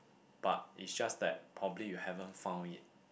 but is just that probably you haven't found yet